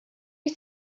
you